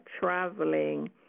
traveling